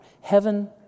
Heaven